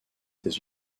états